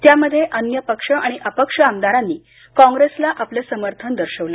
त्यामध्ये अन्य पक्ष आणि अपक्ष आमदारांनी काँग्रेसला आपलं समर्थन दिलं